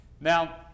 Now